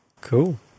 Cool